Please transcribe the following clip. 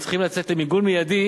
צריכים לצאת למיגון מיידי